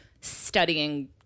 studying